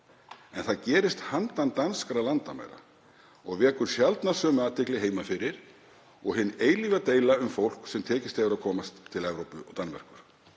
en það gerist handan danskra landamæra og vekur sjaldnast sömu athygli heima fyrir og hin eilífa deila um fólk sem tekist hefur að komast til Evrópu og Danmerkur.